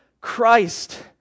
Christ